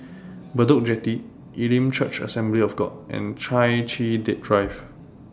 Bedok Jetty Elim Church Assembly of God and Chai Chee Drive